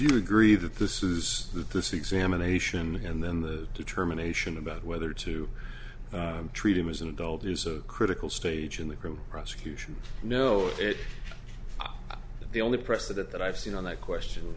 you agree that this is that this examination and then the determination about whether to treat him as an adult is a critical stage in the criminal prosecution no the only precedent that i've seen on that question